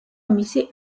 მისი